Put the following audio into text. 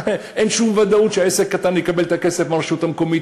אין שום ודאות שהעסק הקטן יקבל את הכסף מהרשות המקומית.